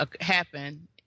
happen